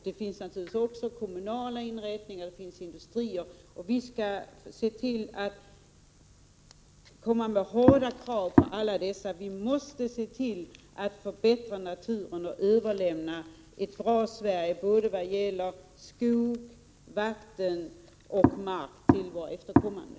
Naturligtvis kan även kommunala inrättningar och industrier medverka i detta. Vi skall emellertid se till att hårda krav ställs på alla dessa för att förbättra naturen så att vi överlämnar ett bra Sverige både vad gäller skog, vatten och mark till våra efterkommande.